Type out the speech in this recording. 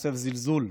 החושף זלזול,